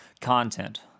content